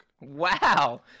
Wow